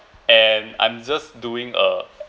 and I'm just doing a